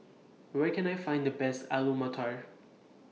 Where Can I Find The Best Alu Matar